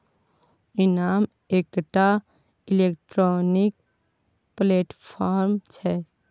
इनाम एकटा electronic platform छै